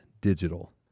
Digital